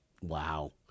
Wow